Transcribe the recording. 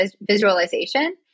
visualization